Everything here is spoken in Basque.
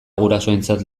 gurasoentzat